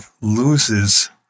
loses